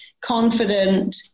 confident